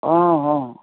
ହଁ ହଁ